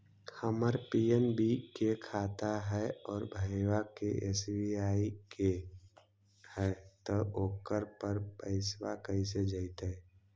हमर पी.एन.बी के खाता है और भईवा के एस.बी.आई के है त ओकर पर पैसबा कैसे जइतै?